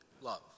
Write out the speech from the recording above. love